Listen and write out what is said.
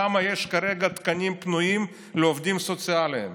כמה תקנים פנויים יש כרגע לעובדים סוציאליים?